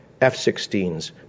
F-16s